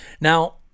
Now